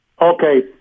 Okay